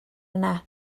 yna